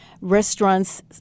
restaurants